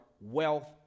wealth